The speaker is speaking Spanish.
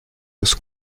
los